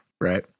right